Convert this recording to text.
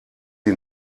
sie